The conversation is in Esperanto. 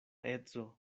edzo